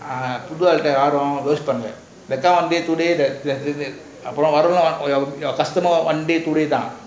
ah புது அது யாரும்:puthu athu yaarum waste பண்ணல:panala that time one day two day that that அப்போல்லாம் வரதுலம்:apolam varathulam your customer one day two day down